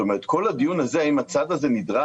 זאת אומרת, כל הדיון הזה, האם הצו הזה נדרש,